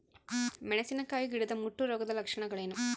ಮೆಣಸಿನಕಾಯಿ ಗಿಡದ ಮುಟ್ಟು ರೋಗದ ಲಕ್ಷಣಗಳೇನು?